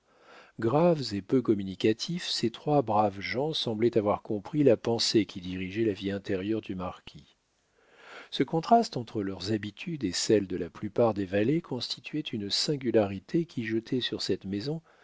graves et peu communicatifs ces trois braves gens semblaient avoir compris la pensée qui dirigeait la vie intérieure du marquis ce contraste entre leurs habitudes et celles de la plupart des valets constituait une singularité qui jetait sur cette maison